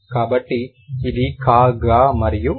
కాబట్టి ఇది ka ga మరియు ng